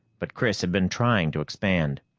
but chris had been trying to expand.